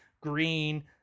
green